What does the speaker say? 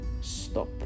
stop